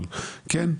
אבל כן,